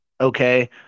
Okay